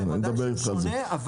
הוא שונה,